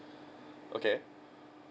okay